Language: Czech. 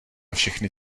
všechny